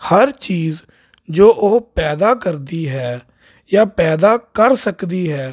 ਹਰ ਚੀਜ਼ ਜੋ ਉਹ ਪੈਦਾ ਕਰਦੀ ਹੈ ਜਾਂ ਪੈਦਾ ਕਰ ਸਕਦੀ ਹੈ